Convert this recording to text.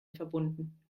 verbunden